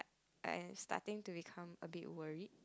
I am starting to become a bit worried